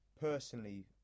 personally